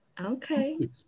Okay